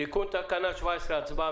תיקון תקנה 17. הצבעה.